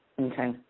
Okay